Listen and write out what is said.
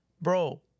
Bro